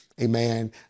amen